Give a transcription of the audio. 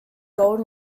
gold